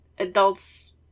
Adults